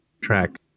track